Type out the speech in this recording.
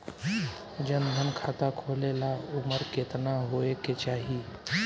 जन धन खाता खोले ला उमर केतना होए के चाही?